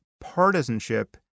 partisanship